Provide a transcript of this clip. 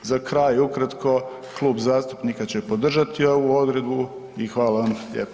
Za kraj ukratko, klub zastupnika će podržati ovu odredbu i hvala vam lijepo.